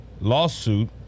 lawsuit